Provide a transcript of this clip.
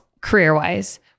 career-wise